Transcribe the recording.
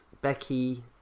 Becky